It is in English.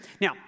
Now